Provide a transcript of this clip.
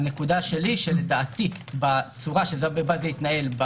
לדעתי בצורה שבה זה התנהל,